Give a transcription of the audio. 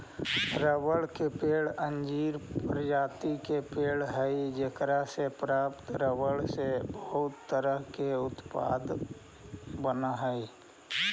रबड़ के पेड़ अंजीर प्रजाति के पेड़ हइ जेकरा से प्राप्त रबर से बहुत तरह के उत्पाद बनऽ हइ